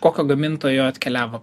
kokio gamintojo atkeliavo